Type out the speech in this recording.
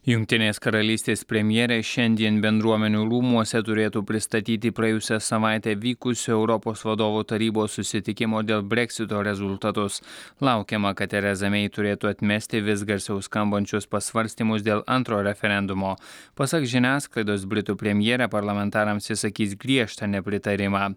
jungtinės karalystės premjerė šiandien bendruomenių rūmuose turėtų pristatyti praėjusią savaitę vykusio europos vadovų tarybos susitikimo dėl breksito rezultatus laukiama kad tereza mei turėtų atmesti vis garsiau skambančius pasvarstymus dėl antro referendumo pasak žiniasklaidos britų premjerė parlamentarams išsakys griežtą nepritarimą